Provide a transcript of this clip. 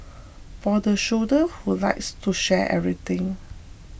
for the soldier who likes to share everything